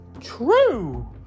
True